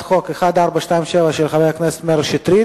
הצעת חוק 1427, של חבר הכנסת מאיר שטרית,